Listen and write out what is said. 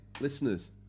listeners